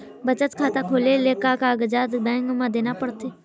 बचत खाता खोले ले का कागजात बैंक म देना पड़थे?